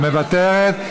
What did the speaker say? מוותרת.